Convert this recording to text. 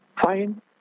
Fine